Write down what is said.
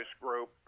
group